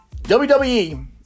WWE